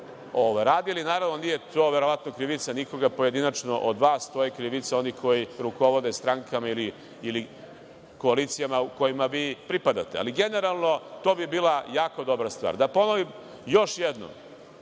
radili. Naravno, to verovatno nije krivica nikoga pojedinačno od vas, to je krivica onih koji rukovode strankama ili koalicijama kojima vi pripadate. Ali, generalno, to bi bila jako dobra stvar. Da ponovim još jednom